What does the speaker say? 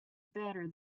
better